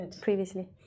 previously